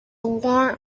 warrant